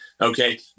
okay